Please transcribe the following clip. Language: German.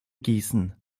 gießen